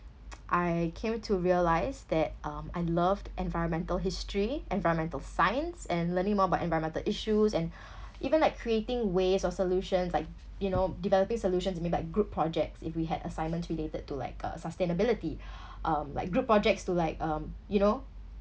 I came to realize that um I loved environmental history environmental science and learning more about environmental issues and even like creating ways or solutions like you know developing solutions within my group projects if we had assignments related to like uh sustainability um like group projects to like um you know